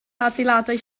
adeiladau